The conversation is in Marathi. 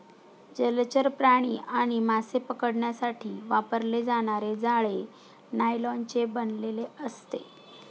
जलचर प्राणी आणि मासे पकडण्यासाठी वापरले जाणारे जाळे नायलॉनचे बनलेले असते